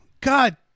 God